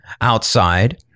Outside